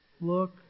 look